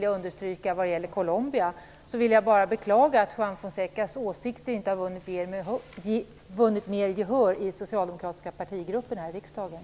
Jag vill i det sammanhanget beklaga att hans åsikter inte har vunnit mer gehör i den socialdemokratiska partigruppen här i riksdagen.